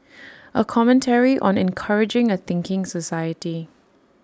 A commentary on encouraging A thinking society